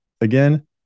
again